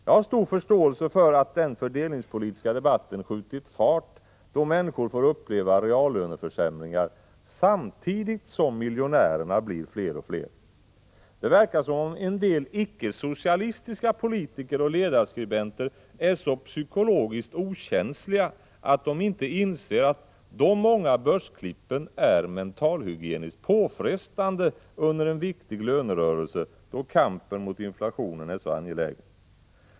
Jag har stor förståelse för att den fördelningspolitiska debatten skjutit fart då människor får uppleva reallöneförsämringar samtidigt som miljonärerna blir fler och fler. Det verkar som om en del icke-socialistiska politiker och ledarskribenter är så psykologiskt okänsliga att de inte inser att de många börsklippen är mentalhygieniskt påfrestande under en viktig lönerörelse då kampen mot inflationen är så angelägen.